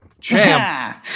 champ